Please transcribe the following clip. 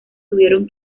tuvieron